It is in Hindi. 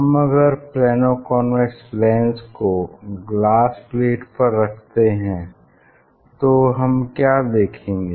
हम अगर प्लेनो कॉन्वेक्स लेंस को ग्लास प्लेट पर रखते हैं तो हम क्या देखेंगे